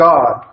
God